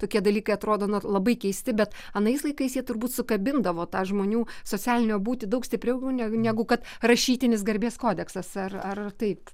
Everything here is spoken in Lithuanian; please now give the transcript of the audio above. tokie dalykai atrodo na labai keisti bet anais laikais jie turbūt sukabindavo tą žmonių socialinio būtį daug stipriau negu kad rašytinis garbės kodeksas ar ar taip